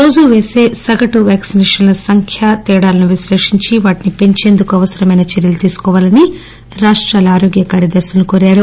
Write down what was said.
రోజు పేసీ సగటు వ్యాక్సినేషన్ల సంఖ్య తేడాలను విశ్లేషించి వాటిని పెంచేందుకు అవసరమైన చర్యలు తీసుకోవాలని రాష్టాల ఆరోగ్య కార్యదర్శులను కోరారు